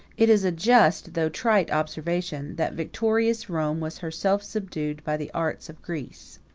it is a just though trite observation, that victorious rome was herself subdued by the arts of greece.